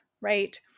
right